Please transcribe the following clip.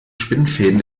spinnenfäden